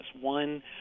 One